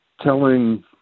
telling